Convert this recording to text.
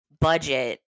budget